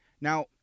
now